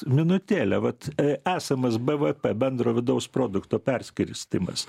minutėlę vat esamas bvp bendro vidaus produkto perskirstymas